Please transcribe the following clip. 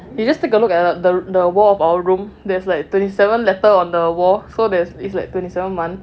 you just take a look at the the wall of our room there's like twenty seven letter on the wall so there's it's like twenty seven month